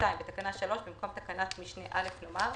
בתקנה 3 במקום תקנת משנה (א) נאמר: